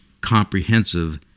comprehensive